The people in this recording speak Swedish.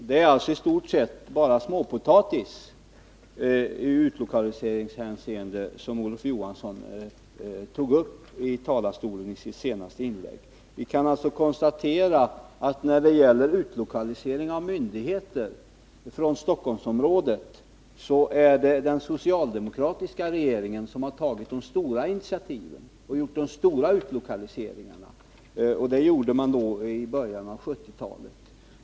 Det var alltså i stort sett bara småpotatis i utlokaliseringshänseende som Olof Johansson tog upp i sitt senaste inlägg. Vi kan konstatera att det, när det gäller utlokalisering av myndigheter från Stockholmsområdet, är den socialdemokratiska regeringen som har tagit de stora initiativen och gjort de stora utlokaliseringarna, vilket skedde i början av 1970-talet.